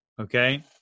okay